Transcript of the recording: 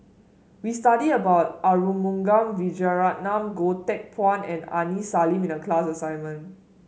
we studied about Arumugam Vijiaratnam Goh Teck Phuan and Aini Salim in the class assignment